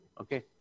Okay